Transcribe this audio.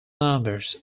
numbers